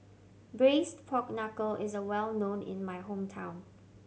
Braised Pork Knuckle is well known in my hometown